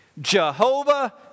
Jehovah